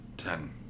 Ten